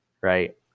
right